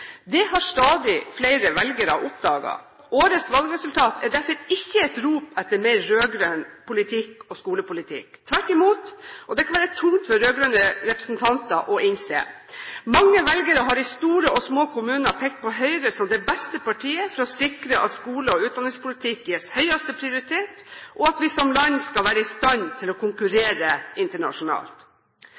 Det har stadig flere velgere oppdaget. Årets valgresultat er derfor ikke et rop etter mer rød-grønn politikk og med rød-grønn skolepolitikk, tvert imot. Det kan være tungt for rød-grønne representanter å innse. Mange velgere har i store og små kommuner pekt på Høyre som det beste partiet for å sikre at skole- og utdanningspolitikk gis høyeste prioritet, og at vi som land skal være i stand til å konkurrere internasjonalt.